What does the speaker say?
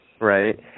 Right